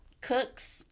cooks